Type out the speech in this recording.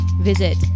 visit